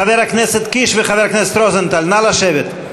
חבר הכנסת קיש וחבר הכנסת רוזנטל, נא לשבת.